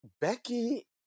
Becky